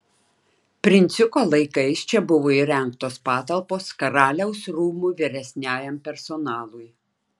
princiuko laikais čia buvo įrengtos patalpos karaliaus rūmų vyresniajam personalui